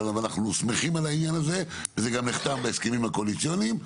ואנחנו שמחים על העניין הזה וזה גם נחתם בהסכמים הקואליציוניים.